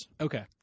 Okay